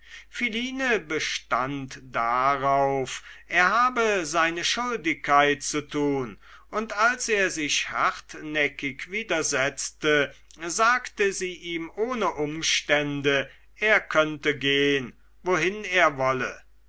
philine bestand darauf er habe seine schuldigkeit zu tun und als er sich hartnäckig widersetzte sagte sie ihm ohne umstände er könnte gehen wohin er wolle